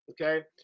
okay